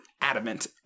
adamant